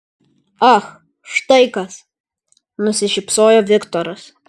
ach štai kas nusišypsojo viktoras